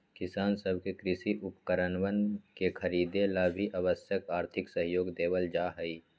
किसान सब के कृषि उपकरणवन के खरीदे ला भी आवश्यक आर्थिक सहयोग देवल जाहई